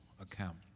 account